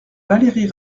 valérie